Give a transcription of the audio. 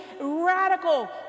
Radical